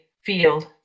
field